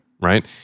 right